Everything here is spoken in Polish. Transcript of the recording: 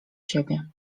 siebie